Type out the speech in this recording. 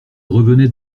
revenait